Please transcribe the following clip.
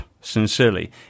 sincerely